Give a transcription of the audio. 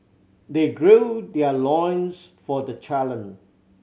they gird their loins for the challenge